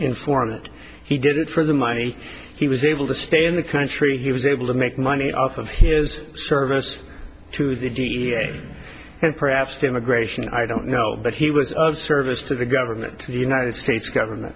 informant he did it for the money he was able to stay in the country he was able to make money off of his service to the g a a and perhaps to immigration i don't know but he was of service to the government to the united states government